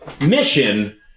mission